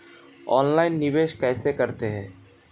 Online निवेश किसे कहते हैं?